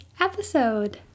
episode